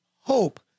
hope